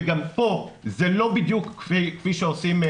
וגם פה זה לא בדיוק כפי שעושים.